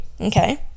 okay